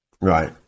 Right